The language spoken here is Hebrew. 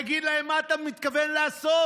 תגיד להם מה אתה מתכוון לעשות,